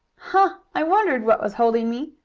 huh! i wondered what was holding me.